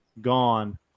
gone